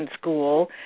school